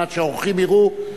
על מנת שהאורחים יראו.